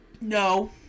no